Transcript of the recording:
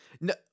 No